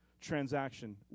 transaction